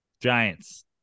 Giants